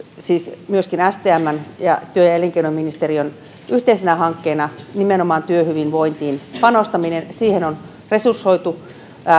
siis myöskin stmn ja työ ja elinkeinoministeriön yhteisenä hankkeena nimenomaan työhyvinvointiin panostaminen siihen on resursoitu